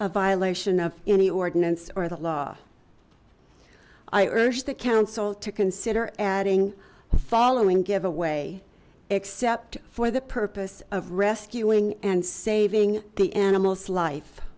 a violation of any ordinance or the law i urge the council to consider adding following give away except for the purpose of rescuing and saving the animal's life